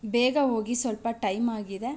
ಬೇಗ ಹೋಗಿ ಸ್ವಲ್ಪ ಟೈಮಾಗಿದೆ